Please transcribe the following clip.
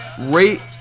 rate